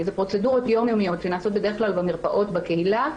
פרוצדורות יום-יומיות שנעשות בדרך כלל במרפאות בקהילה.